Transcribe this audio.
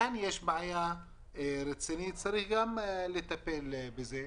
כאן יש בעיה רצינית וצריך לטפל גם בזה.